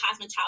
cosmetology